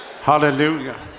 Hallelujah